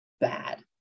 bad